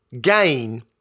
gain